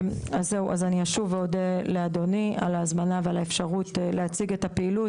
אני אשוב להודות לאדוני על ההזמנה ועל האפשרות להציג את הפעילות,